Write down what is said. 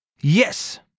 Yes